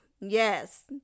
Yes